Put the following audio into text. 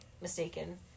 mistaken